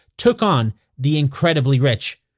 took on the incredibly rich.